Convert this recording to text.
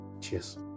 Cheers